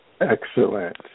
Excellent